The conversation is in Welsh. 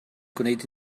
gwneud